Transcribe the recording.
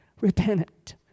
repentant